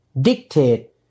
dictate